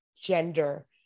gender